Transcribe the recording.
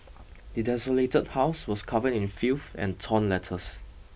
the desolated house was covered in filth and torn letters